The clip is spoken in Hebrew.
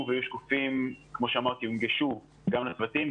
ויהיו שקופים ונגישים גם לצוותים,